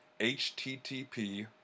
http